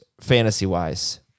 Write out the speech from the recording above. fantasy-wise